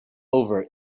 over